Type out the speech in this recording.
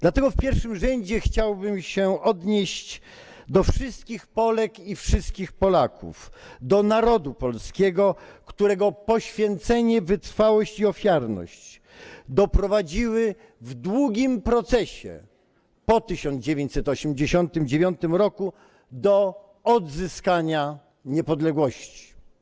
Dlatego w pierwszym rzędzie chciałbym się odnieść do wszystkich Polek i wszystkich Polaków, do narodu polskiego, którego poświęcenie, wytrwałość i ofiarność doprowadziły w długim procesie po 1989 r. do odzyskania niepodległości.